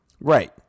Right